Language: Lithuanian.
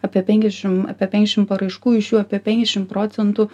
apie penkiasdešim apie penkiasdešim paraiškų iš jų apie penkiasdešim procentų